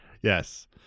Yes